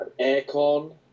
Aircon